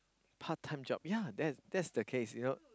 part time job yea that that's the case you know